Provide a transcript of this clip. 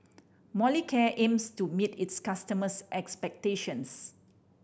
Molicare aims to meet its customers' expectations